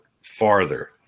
farther